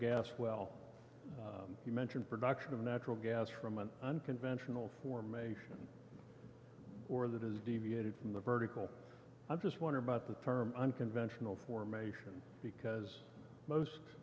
gas well he mentioned production of natural gas from an unconventional formation or that is deviated from the vertical i'm just wondering about the term unconventional formation because most